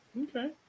Okay